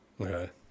Okay